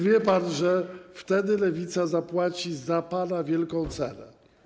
Wie pan, że wtedy Lewica zapłaci za pana wielką cenę.